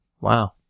Wow